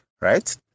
Right